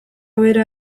bera